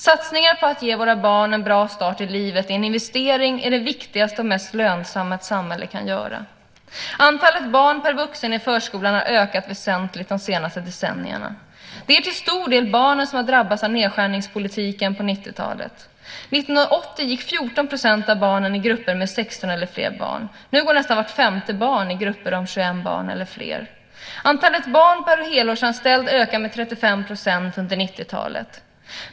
Satsningar på att ge våra barn en bra start i livet är en investering som är den viktigaste och mest lönsamma ett samhälle kan göra. Antalet barn per vuxen i förskolan har ökat väsentligt de senaste decennierna. Det är till stor del barnen som har drabbats av nedskärningspolitiken på 90-talet. 1980 gick 14 % av barnen i grupper med 16 eller fler barn. Nu går nästan vart femte barn i grupper om 21 barn eller fler. Antalet barn per helårsanställd ökade med 35 % under 90-talet.